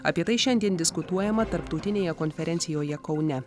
apie tai šiandien diskutuojama tarptautinėje konferencijoje kaune